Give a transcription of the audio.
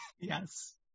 Yes